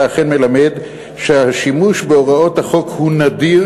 אכן מלמד שהשימוש בהוראות החוק הוא נדיר,